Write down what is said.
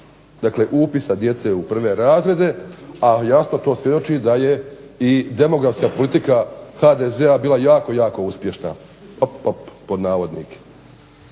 dakle upisa djece u prve razrede, a jasno to svjedoči da je i demografska politika HDZ-a bila jako, jako uspješna, pod navodnike.